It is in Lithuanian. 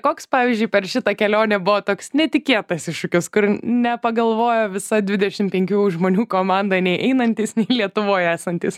koks pavyzdžiui per šitą kelionę buvo toks netikėtas iššūkis kur nepagalvojo visa dvidešimt penkių žmonių komanda nei einantys nei lietuvoj esantys